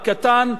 קטן,